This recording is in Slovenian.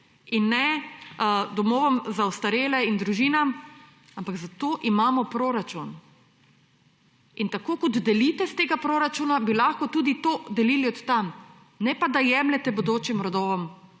in ne domovom za ostarele in družinam, ampak zato imamo proračun in tako kot delite s tega proračuna, bi lahko tudi to delili od tam, ne pa da jemljete bodočim rodovom